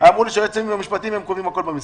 אמרו לי שהיועצים המשפטיים קובעים הכול במשרד.